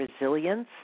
resilience